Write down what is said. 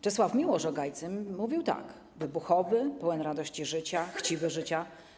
Czesław Miłosz o Gajcym mówił tak: ˝Wybuchowy, pełen radości życia, chciwy życia.